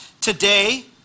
today